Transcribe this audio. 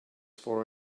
for